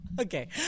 Okay